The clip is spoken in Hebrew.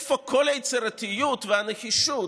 איפה כל היצירתיות והנחישות,